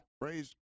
Praise